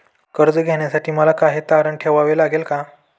कर्ज घेण्यासाठी मला काही तारण ठेवावे लागेल का?